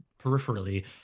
peripherally